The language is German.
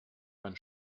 man